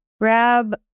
grab